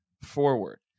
forward